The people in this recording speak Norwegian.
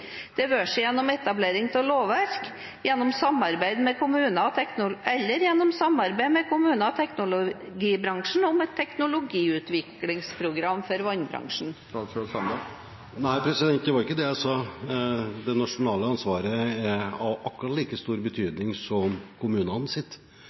være seg gjennom etablering av lovverk eller gjennom samarbeid med kommuner og teknologibransjen om et teknologiutviklingsprogram for vannbransjen? Nei, det var ikke det jeg sa. Det nasjonale ansvaret er av akkurat like stor